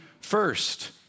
first